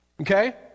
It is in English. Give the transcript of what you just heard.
okay